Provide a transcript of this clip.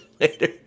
later